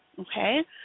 Okay